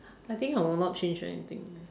I think I will not change anything